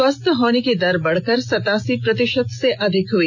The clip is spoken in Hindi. स्वस्थ होने की दर बढ़कर सतासी प्रतिशत से अधिक हुई